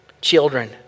Children